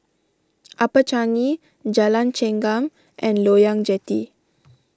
Upper Changi Jalan Chengam and Loyang Jetty